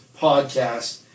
podcast